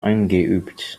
eingeübt